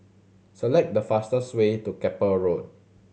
select the fastest way to Keppel Road